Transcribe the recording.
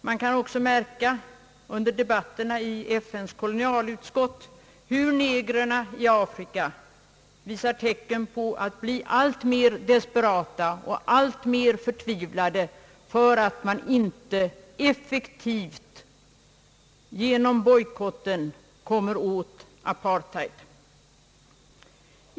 Man kan också under debatterna i FN:s kolonialutskott märka hur negrerna i Afrika visar tecken på att bli alltmer desperata och alltmer förtvivlade därför att man inte genom att genomföra en effektiv bojkott bekämpar apartheidsystemet på allvar.